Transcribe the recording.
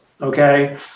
Okay